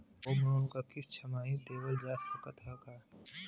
Home loan क किस्त छमाही देहल जा सकत ह का?